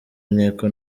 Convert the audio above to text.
inteko